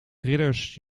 ridders